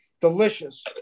delicious